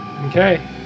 Okay